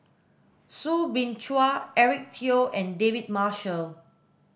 Soo Bin Chua Eric Teo and David Marshall